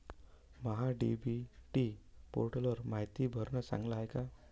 महा DBT पोर्टलवर मायती भरनं चांगलं हाये का?